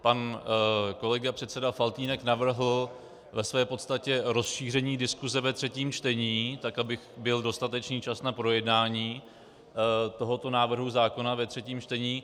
Pan kolega předseda Faltýnek navrhl ve své podstatě rozšíření diskuse ve třetím čtení, aby byl dostatečný čas na projednání tohoto návrhu zákona ve třetím čtení.